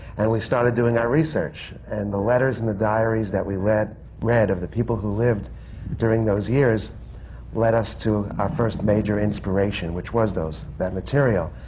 and we started doing our research. and the letters and the diaries that we read read of the people who lived during those years led us to our first major inspiration, which was that material.